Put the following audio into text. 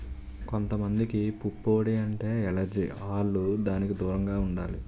కొంత మందికి పుప్పొడి అంటే ఎలెర్జి ఆల్లు దానికి దూరంగా ఉండాలి